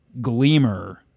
Gleamer